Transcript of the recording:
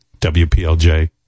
WPLJ